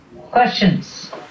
questions